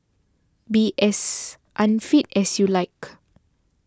be as unfit as you like